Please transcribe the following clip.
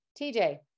tj